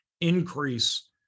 increase